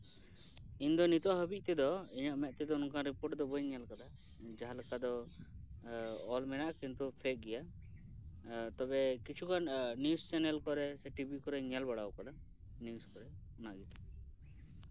ᱤᱧ ᱫᱚ ᱱᱤᱛᱚᱜ ᱦᱟᱹᱵᱤᱡ ᱛᱮᱫᱚ ᱤᱧᱟᱹᱜ ᱢᱮᱫ ᱛᱮᱫᱚ ᱱᱚᱝᱠᱟᱱ ᱨᱤᱯᱳᱨᱴ ᱫᱚ ᱵᱟᱹᱧ ᱧᱮᱞ ᱟᱠᱟᱫᱟ ᱡᱟᱦᱟᱱ ᱞᱮᱠᱟ ᱫᱚ ᱚᱞ ᱢᱮᱱᱟᱜᱼᱟ ᱠᱤᱱᱛᱩ ᱯᱷᱮᱠ ᱜᱮᱭᱟ ᱛᱚᱵᱮ ᱠᱤᱪᱷᱩ ᱜᱟᱱ ᱱᱤᱭᱩᱡ ᱪᱮᱱᱮᱞ ᱠᱚᱨᱮ ᱥᱮ ᱴᱤᱵᱷᱤ ᱠᱚᱨᱮᱫ ᱤᱧ ᱧᱮᱞ ᱵᱟᱲᱟ ᱟᱠᱟᱫᱟ ᱱᱤᱭᱩᱡ ᱠᱚᱨᱮ ᱚᱱᱟᱜᱮ